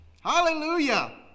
Hallelujah